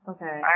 Okay